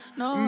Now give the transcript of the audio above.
no